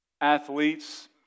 athletes